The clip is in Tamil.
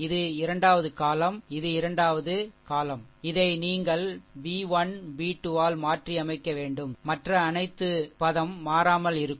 இது இரண்டாவது column இது இரண்டாவது இது இரண்டாவது column இதை நீங்கள் b 1 b 2 ஆல் மாற்றியமைக்க வேண்டும் மற்ற அனைத்து பதம் மாறாமல் இருக்கும்